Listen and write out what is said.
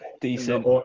Decent